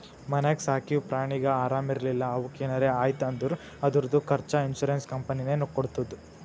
ಮನ್ಯಾಗ ಸಾಕಿವ್ ಪ್ರಾಣಿಗ ಆರಾಮ್ ಇರ್ಲಿಲ್ಲಾ ಅವುಕ್ ಏನರೆ ಆಯ್ತ್ ಅಂದುರ್ ಅದುರ್ದು ಖರ್ಚಾ ಇನ್ಸೂರೆನ್ಸ್ ಕಂಪನಿನೇ ಕೊಡ್ತುದ್